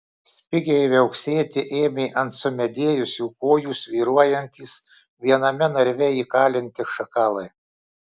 spigiai viauksėti ėmė ant sumedėjusių kojų svyruojantys viename narve įkalinti šakalai